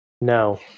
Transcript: No